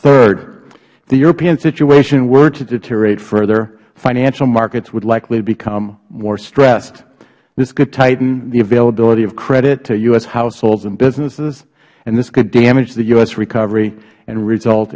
third if the european situation were to deteriorate further financial markets would likely become more stressed this could tighten the availability of credit to u s households and businesses and this could damage the u s recovery and result